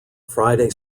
friday